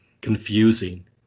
Confusing